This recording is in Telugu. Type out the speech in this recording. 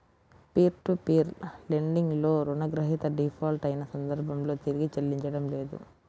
పీర్ టు పీర్ లెండింగ్ లో రుణగ్రహీత డిఫాల్ట్ అయిన సందర్భంలో తిరిగి చెల్లించడం లేదు